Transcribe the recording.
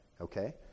okay